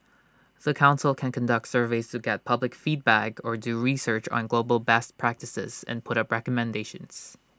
the Council can conduct surveys to get public feedback or do research on global best practices and put up recommendations